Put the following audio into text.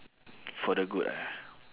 for the good ah